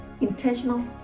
intentional